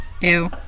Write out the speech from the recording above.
Ew